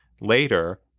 Later